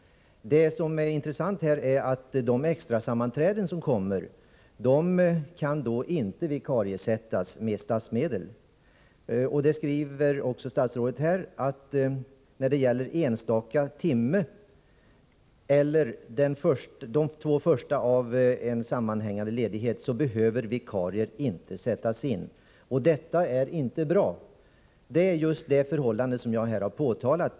Det som är intressant här är att vid extrasammanträden kan inte vikarier sättas in med statliga medel. Statsrådet skriver i sitt svar att när det är fråga om enstaka timme eller dag behöver vikarie inte sättas in för de två första dagarna i en sammanhängande ledighet. Detta är inte bra. Det är just detta förhållande som jag har påtalat.